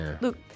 look